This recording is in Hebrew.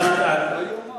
לא יאומן.